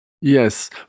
Yes